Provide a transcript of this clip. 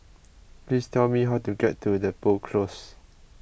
please tell me how to get to Depot Close